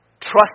Trust